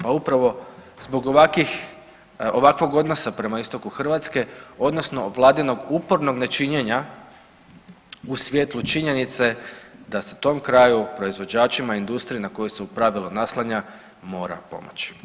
Pa upravo zbog ovakvih ovakvog odnosa prema istoku Hrvatske odnosno vladinog upornog nečinjenja u svijetlu činjenice da se tom kraju proizvođačima, industriji na koju se u pravilu naslanja mora pomoći.